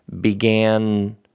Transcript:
began